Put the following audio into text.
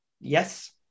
Yes